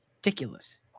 ridiculous